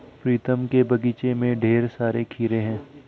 प्रीतम के बगीचे में ढेर सारे खीरे हैं